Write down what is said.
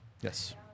Yes